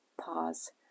Pause